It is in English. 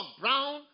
brown